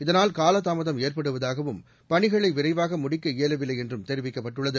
இதனால் கால தாமதம் ஏற்படுவதாகவும் பணிகளை விரைவாக முடிக்க இயலவில்லை என்றும் தெரிவிக்கப்பட்டுள்ளது